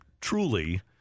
truly